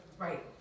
Right